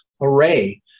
array